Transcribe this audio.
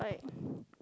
like